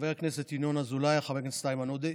חבר הכנסת ינון אזולאי וחבר הכנסת איימן עודה.